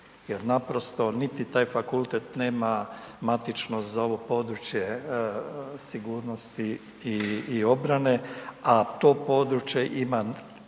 jer naprosto niti taj fakultet nema matično za ovo područje sigurnosti i obrane, a to područje ima